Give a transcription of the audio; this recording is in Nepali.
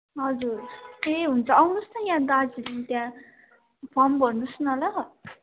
हजुर ए हुन्छ आउनुहोस् न यहाँ दार्जिलिङ त्यहाँ फम भर्नुहोस् न ल